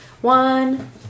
One